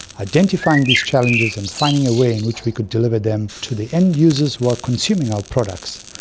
identifying these challenges and finding a way in which we could deliver them to the end users who are consuming our products.